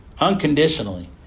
unconditionally